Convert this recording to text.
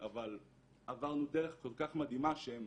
אבל עברנו דרך כל כך מדהימה שהם